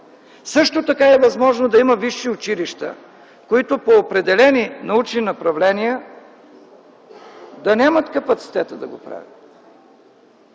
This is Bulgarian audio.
Също така е възможно да има висши училища, които по определени научни направления да нямат капацитета да го правят.